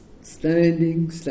Standing